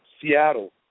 Seattle